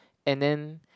and then